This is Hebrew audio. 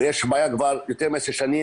יש בעיה יותר מעשר שנים,